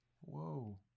Whoa